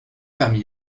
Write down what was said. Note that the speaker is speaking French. parmi